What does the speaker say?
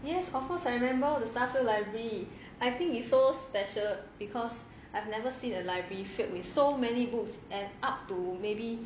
yes of course I remember the star field library I think it's so special because I've never seen a library filled with so many books and up to maybe